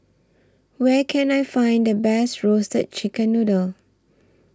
Where Can I Find The Best Roasted Chicken Noodle